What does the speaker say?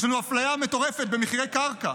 יש לנו אפליה מטורפת במחירי הקרקע: